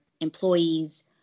employees